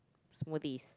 smoothies